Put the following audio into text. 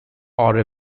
are